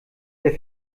der